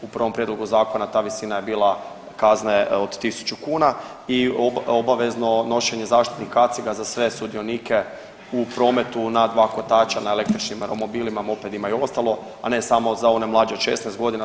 U prvom prijedlogu zakona ta visina je bila kazne od 1000 kuna i obavezno nošenje zaštitnih kaciga za sve sudionike u prometu na dva kotača na električnim romobilima, mopedima i ostalo, a ne samo one mlađe od 16 godina.